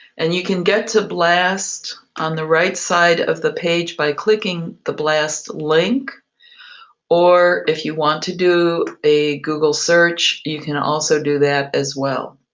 and you can get to blast on the right side of the page by clicking the blast link or if you want to do a google search, you can also do that as well.